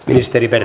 ministeri